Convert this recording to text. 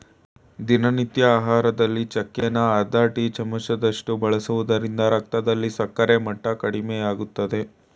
ದಿನನಿತ್ಯ ಆಹಾರದಲ್ಲಿ ಚಕ್ಕೆನ ಅರ್ಧ ಟೀ ಚಮಚದಷ್ಟು ಬಳಸೋದ್ರಿಂದ ರಕ್ತದಲ್ಲಿ ಸಕ್ಕರೆ ಮಟ್ಟ ಕಡಿಮೆಮಾಡ್ತದೆ